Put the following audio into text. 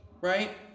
right